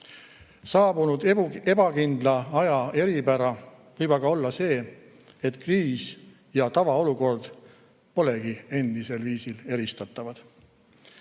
Saabunud ebakindla aja eripära võib aga olla see, et kriis ja tavaolukord polegi endisel viisil eristatavad.